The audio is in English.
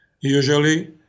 Usually